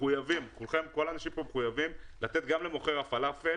כל האנשים פה מחויבים לתת גם למוכר הפלאפל